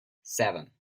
seven